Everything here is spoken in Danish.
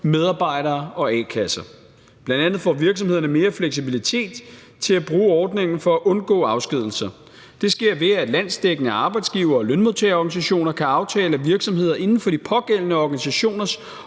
medarbejdere og a-kasser. Bl.a. får virksomhederne mere fleksibilitet til at bruge ordningen for at undgå afskedigelser. Det sker, ved at landsdækkende arbejdsgiver- og lønmodtagerorganisationer kan aftale, at virksomheder inden for de pågældende organisationers